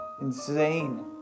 insane